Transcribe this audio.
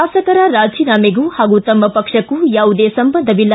ಶಾಸಕರ ರಾಜೀನಾಮೆಗೂ ಹಾಗೂ ತಮ್ಮ ಪಕ್ಷಕ್ಕೂ ಯಾವುದೇ ಸಂಬಂಧವಿಲ್ಲ